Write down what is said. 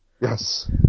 Yes